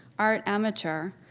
art amateur,